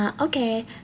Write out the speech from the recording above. Okay